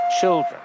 children